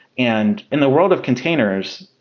and in the world of containers,